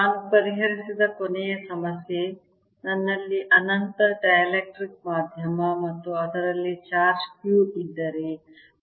ನಾನು ಪರಿಹರಿಸಿದ ಕೊನೆಯ ಸಮಸ್ಯೆ ನನ್ನಲ್ಲಿ ಅನಂತ ಡೈಎಲೆಕ್ಟ್ರಿಕ್ ಮಾಧ್ಯಮ ಮತ್ತು ಅದರಲ್ಲಿ ಚಾರ್ಜ್ Q ಇದ್ದರೆ